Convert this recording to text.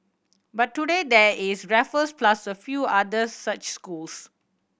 but today there is Raffles plus a few other such schools